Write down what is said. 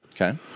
okay